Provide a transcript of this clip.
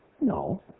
No